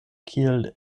kiel